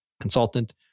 consultant